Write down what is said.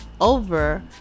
over